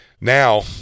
now